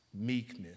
meekness